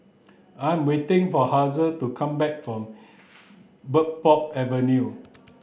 I'm waiting for Hazel to come back from Bridport Avenue